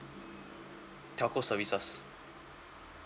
telco services